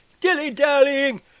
dilly-dallying